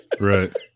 Right